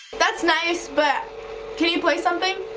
that's nice, but can you play something?